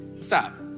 Stop